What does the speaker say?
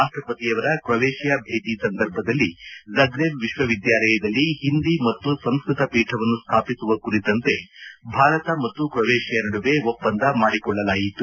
ರಾಷ್ಟ್ರಪತಿಯವರ Croatia ಭೇಟಿ ಸಂದರ್ಭದಲ್ಲಿ Zagreb ವಿಶ್ವವಿದ್ಯಾಲಯದಲ್ಲಿ ಹಿಂದಿ ಮತ್ತು ಸಂಸ್ಕೃತ ಪೀಠವನ್ನು ಸ್ಲಾಪಿಸುವ ಕುರಿತಂತೆ ಭಾರತ ಮತ್ತು ಕ್ರೊಯೇಶಿಯಾ ನಡುವೆ ಒಪ್ಸಂದ ಮಾಡಿಕೊಳ್ಳಲಾಯಿತು